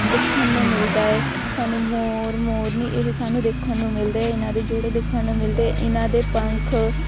ਦੇਖਣ ਨੂੰ ਮਿਲਦਾ ਏ ਸਾਨੂੰ ਮੋਰ ਮੋਰਨੀ ਇਹ ਸਾਨੂੰ ਦੇਖਣ ਨੂੰ ਮਿਲਦਾ ਇਹਨਾਂ ਦੇ ਜੋੜੇ ਦੇਖਣ ਨੂੰ ਮਿਲਦੇ ਇਹਨਾਂ ਦੇ ਪੰਖ